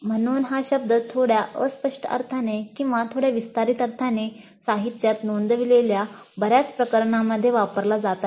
म्हणून हा शब्द थोड्या अस्पष्ट अर्थाने किंवा थोड्या विस्तारित अर्थाने साहित्यात नोंदविलेल्या बर्याच प्रकरणांमध्ये वापरला जात आहे